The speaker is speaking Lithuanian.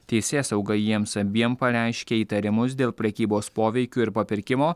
teisėsauga jiems abiem pareiškė įtarimus dėl prekybos poveikiu ir papirkimo